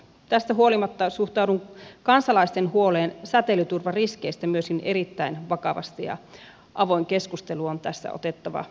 tästä huolimatta suhtaudun kansalaisten huoleen säteilyturvariskeistä myös erittäin vakavasti ja avoin keskustelu on tässä otettava myös vakavasti